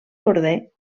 corder